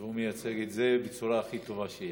והוא מייצג את זה בצורה הכי טובה שיש.